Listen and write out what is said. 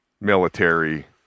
military